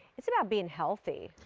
it's about being healthy.